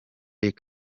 luc